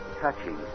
touching